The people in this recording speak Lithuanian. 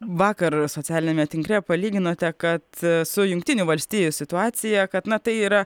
vakar socialiniame tinkle palyginote kad su jungtinių valstijų situacija kad na tai yra